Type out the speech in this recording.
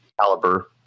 caliber